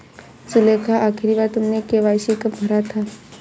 सुलेखा, आखिरी बार तुमने के.वाई.सी कब भरा था?